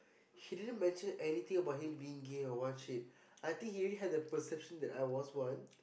he didn't mention anything about him being gay or what shit I think he already had the perception that I was one